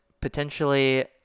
potentially